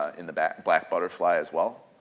in the black black butterfly as well.